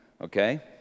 okay